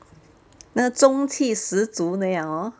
那个中气十足那样 hor